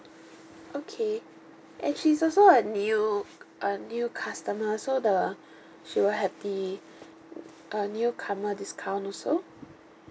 okay and she is also a new c~ a new customer so the she will have the a newcomer discount also